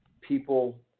people